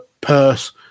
purse